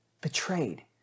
betrayed